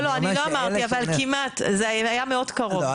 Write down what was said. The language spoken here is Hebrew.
לא, אני לא אמרתי, אבל זה היה מאוד קרוב.